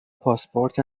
پاسپورت